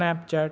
Snapchat